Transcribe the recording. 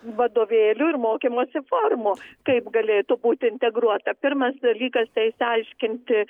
vadovėlių ir mokymosi formų kaip galėtų būt integruota pirmas dalykas tai išsiaiškinti